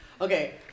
Okay